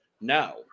no